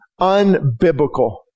unbiblical